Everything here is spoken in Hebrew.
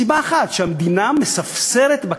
מסיבה אחת, המדינה מספסרת בקרקע.